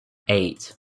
eight